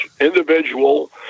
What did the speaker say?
individual